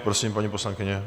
Prosím, paní poslankyně.